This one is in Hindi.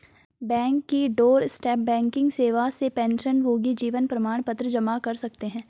बैंक की डोरस्टेप बैंकिंग सेवा से पेंशनभोगी जीवन प्रमाण पत्र जमा कर सकते हैं